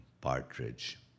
partridge